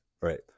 Right